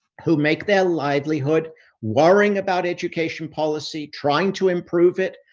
who make their livelihood worrying about education policy, trying to improve it.